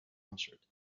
answered